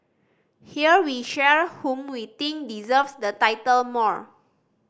here we share whom we think deserves the title more